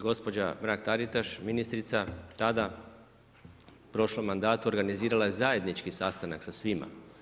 Gospođa Mrak-Taritaš, ministrica tada, u prošlom mandatu organizirala je zajednički sastanak sa svima.